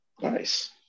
Nice